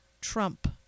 Trump